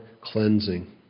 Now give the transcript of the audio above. cleansing